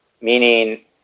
meaning